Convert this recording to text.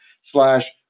slash